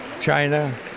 China